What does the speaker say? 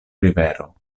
rivero